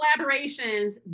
collaborations